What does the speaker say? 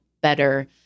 better